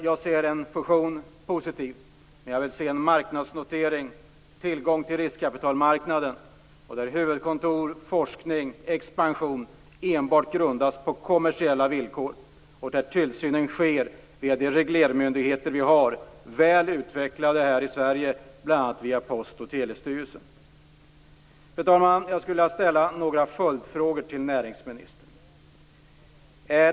Jag ser en fusion som positiv. Men jag vill också se en marknadsnotering och tillgång till riskkapitalmarknaden, där huvudkontor, forskning och expansion enbart grundas på kommersiella villkor och där tillsynen sker via de reglermyndigheter som är väl utvecklade här i Sverige, bl.a. via Post och telestyrelsen. Fru talman! Jag vill ställa några följdfrågor till näringsministern.